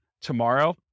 tomorrow